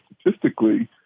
statistically